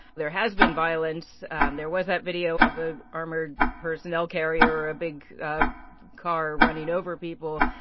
there has been violence. and there was that video of an armored personnel carrier or a big car running over people.